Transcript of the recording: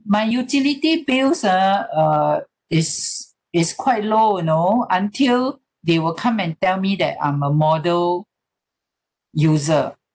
my utility bill ah uh is is quite low you know until they will come and tell me that I'm a model user